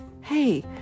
hey